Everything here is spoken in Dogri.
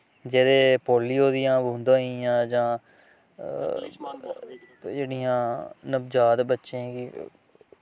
जेह्दे पोलियो दियां बूंदां होई गेइयां जां जेह्ड़ियां नवजात बच्चें गी